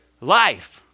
Life